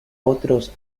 otros